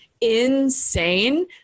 insane